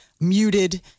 muted